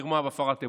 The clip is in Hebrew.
מרמה והפרת אמונים,